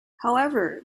however